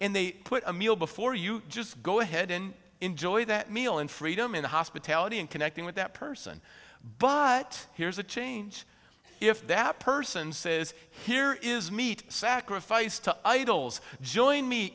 and they put a meal before you just go ahead and enjoy that meal and freedom and hospitality and connecting with that person but here's a change if that person says here is meat sacrificed to idols join me